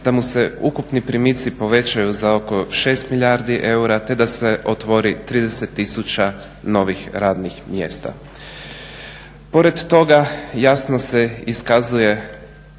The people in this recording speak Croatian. da mu se ukupni primici povećaju za oko 6 milijardi eura, te da se otvori 30000 novih radnih mjesta. Pored toga jasno se iskazuje